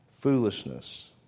foolishness